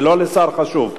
ולא לשר חשוב.